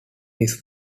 his